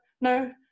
no